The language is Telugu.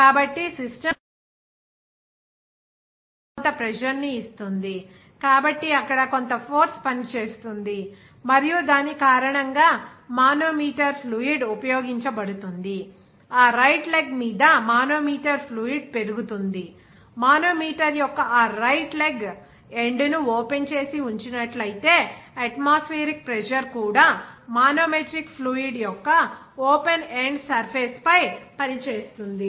కాబట్టి సిస్టమ్ ఒక పర్టిక్యులర్ లెగ్ మీద కొంత ప్రెజర్ ని ఇస్తుంది కాబట్టి అక్కడ కొంత ఫోర్స్ పనిచేస్తుంది మరియు దాని కారణంగా మానోమీటర్ ఫ్లూయిడ్ ఉపయోగించబడుతుంది ఆ రైట్ లెగ్ మీద మానోమీటర్ ఫ్లూయిడ్ పెరుగుతుంది మానోమీటర్ యొక్క ఆ రైట్ లెగ్ ఎండ్ ను ఓపెన్ చేసి ఉంచినట్లయితేఅట్మాస్ఫియరిక్ ప్రెజర్ కూడా మానోమెట్రిక్ ఫ్లూయిడ్ యొక్క ఓపెన్ ఎండ్ సర్ఫేస్ పై పనిచేస్తుంది